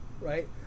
right